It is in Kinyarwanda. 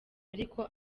ariko